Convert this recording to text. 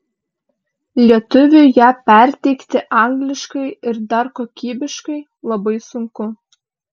lietuviui ją perteikti angliškai ir dar kokybiškai labai sunku